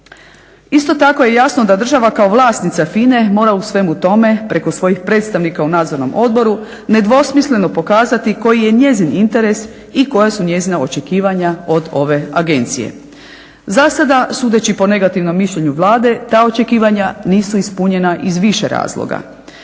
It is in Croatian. Isto tako je jasno da država kao vlasnica FINA-e mora u svemu tome preko svojih predstavnika u Nadzornom odboru nedvosmisleno pokazati koji je njezin interes i koja su njezina očekivanja od ove agencije. Za sada sudeći po negativnom mišljenju Vlade ta očekivanja nisu ispunjena iz više razloga.